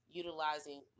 utilizing